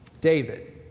David